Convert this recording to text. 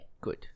Good